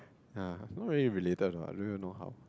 !huh! not really related lah I don't know even how